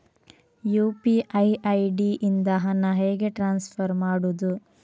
UPI ID ಇಂದ ಹಣ ಹೇಗೆ ಟ್ರಾನ್ಸ್ಫರ್ ಮಾಡುದು?